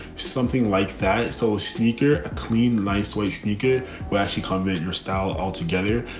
something like that. so sneaker, a clean, nice waste sneaker will actually comment your style altogether.